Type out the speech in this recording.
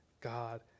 god